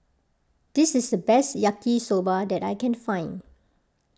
this is the best Yaki Soba that I can find